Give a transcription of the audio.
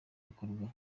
bikorwa